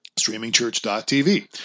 streamingchurch.tv